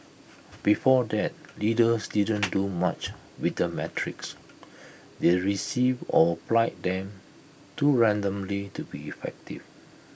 before that leaders didn't do much with the metrics they received or applied them too randomly to be effective